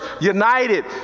united